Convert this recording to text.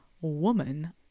woman